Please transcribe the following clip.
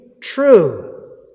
true